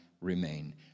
remain